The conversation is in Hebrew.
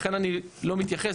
לכן אני לא מתייחס.